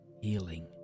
healing